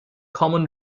common